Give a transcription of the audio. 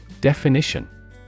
Definition